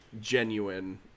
genuine